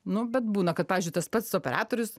nu bet būna kad pavyzdžiui tas pats operatorius